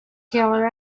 teller